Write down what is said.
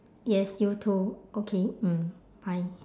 yes you too okay mm bye